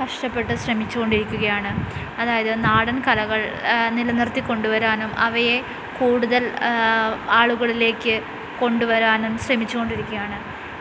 കഷ്ടപ്പെട്ട് ശ്രമിച്ചുകൊണ്ടിരിക്കുകയാണ് അതായത് നാടൻ കലകൾ നിലനിർത്തിക്കൊണ്ടുവരാനും അവയെ കൂടുതൽ ആളുകളിലേയ്ക്ക് കൊണ്ടുവരാനും ശ്രമിച്ചുകൊണ്ടിരിക്കുകയാണ്